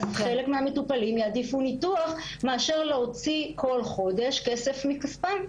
חלק מהמטופלים יעדיפו ניתוח מאשר להוציא בכל חודש כסף מכספם.